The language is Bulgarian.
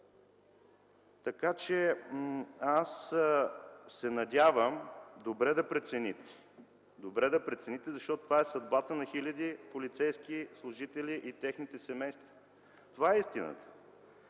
трибуна. Аз се надявам добре да прецените, защото това е заплата на хиляди полицейски служители и техните семейства. Това е истината.